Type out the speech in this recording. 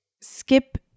Skip